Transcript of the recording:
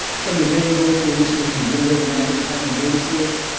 some of the main goals for the initiative were to generate an accurate and common data source.